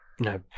No